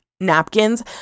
Napkins